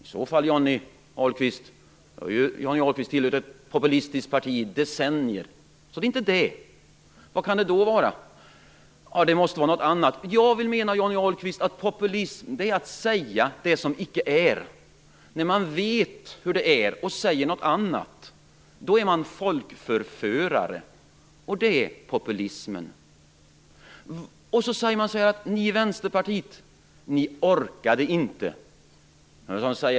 I så fall har Johnny Ahlqvist tillhört ett populistiskt parti i decennier. Det är alltså inte fråga om det. Vad kan då populism vara? Ja, det måste vara något annat. Jag menar att populism är att säga det som icke är. När man vet hur det är och säger något annat är man folkförförare. Det är populismen. Man har sagt: Ni i Vänsterpartiet orkade inte.